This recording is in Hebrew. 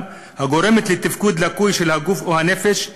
הגורמת לתפקוד לקוי של הגוף או הנפש,